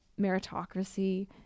meritocracy